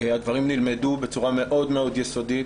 הדברים נלמדו בצורה מאוד מאוד יסודית,